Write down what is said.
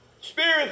Spirit